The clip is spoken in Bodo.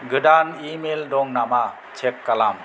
गोदान इमेल दं नामा चेक खालाम